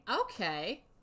Okay